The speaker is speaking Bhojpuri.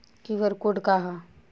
क्यू.आर कोड का ह?